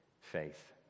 faith